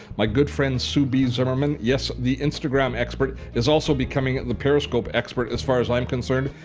my good friend, sue b. zimmerman, yes, the instagram expert is also becoming the periscope expert as far as i'm concerned.